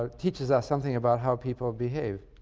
ah teaches us something about how people behave,